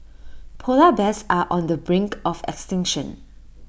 Polar Bears are on the brink of extinction